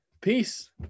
Peace